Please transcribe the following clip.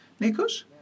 Nikos